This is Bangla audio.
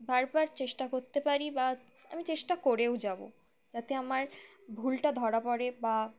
বারবার চেষ্টা করতে পারি বা আমি চেষ্টা করেও যাব যাতে আমার ভুলটা ধরা পড়ে বা